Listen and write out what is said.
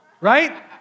Right